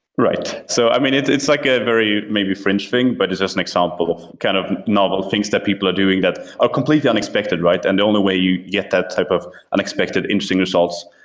right. so i mean, it's it's like a very maybe fringe thing, but it's just an example. kind of novel things that people are doing that are completely unexpected and the and only way you get that type of unexpected interesting results,